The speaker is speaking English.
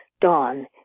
dawn